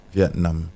Vietnam